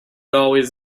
always